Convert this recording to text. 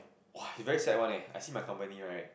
!wah! it's very sad one leh I see my company right